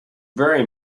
very